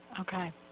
Okay